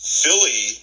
Philly